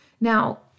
Now